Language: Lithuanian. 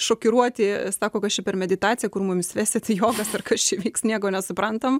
šokiruoti sako kas čia per meditacija kur mumis vesti į jogas ar kas čia vyks nieko nesuprantam